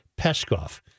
Peskov